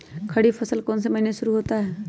खरीफ फसल कौन में से महीने से शुरू होता है?